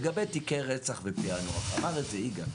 לגבי תיקי רצח ופענוח, אמר את זה יגאל,